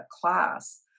class